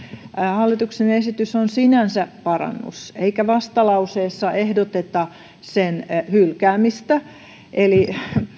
hallituksen esitys on sinänsä parannus eikä vastalauseessa ehdoteta sen hylkäämistä eli